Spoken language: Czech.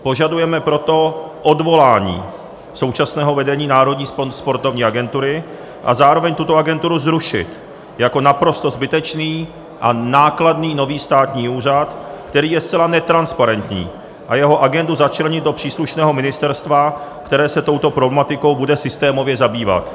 Požadujeme proto odvolání současného vedení Národní sportovní agentury a zároveň tuto agenturu zrušit jako naprosto zbytečný a nákladný nový státní úřad, který je zcela netransparentní, a jeho agendu začlenit do příslušného ministerstva, které se touto problematikou bude systémově zabývat.